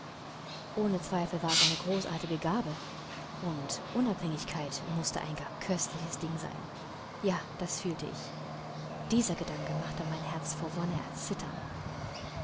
ohne zweifel war es eine großartige gabe und unabhängigkeit mußte ein gar köstliches ding sein ja das fühlte ich dieser gedanke machte mein herz vor wonne erzittern